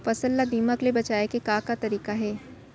फसल ला दीमक ले बचाये के का का तरीका हे?